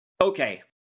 okay